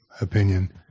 opinion